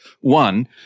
one